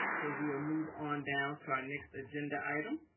so we are move on down to our next agenda item,